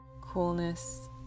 coolness